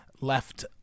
left